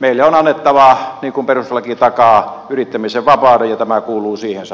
meille on annettava niin kuin perustuslaki takaa yrittämisen vapaus ja tämä kuuluu siihen sarjaan